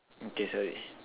okay sorry